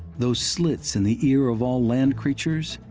those slits in the ear of all land creatures,